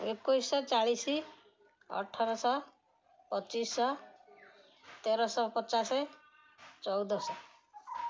ଏକୋଇଶ ଶହ ଚାଳିଶ ଅଠର ଶହ ପଚିଶ ଶହ ତେରଶହ ପଚାଶ ଚଉଦ ଶହ